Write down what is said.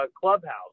clubhouse